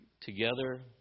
together